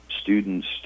students